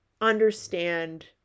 understand